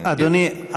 אדוני,